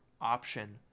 option